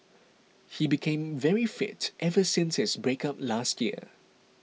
he became very fit ever since his breakup last year